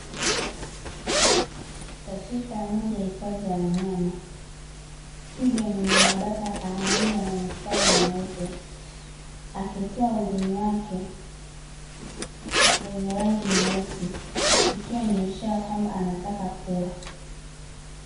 Katika moja ya hifadhi ya wanyama twiga mwenye mabaka ya kahawia na mistari meupe, akitoa ulimi wake wenye rangi nyeusi ikiwa ni ishara kwamba anataka kula.